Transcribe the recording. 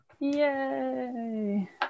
Yay